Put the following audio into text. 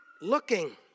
looking